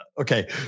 okay